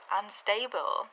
unstable